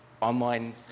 online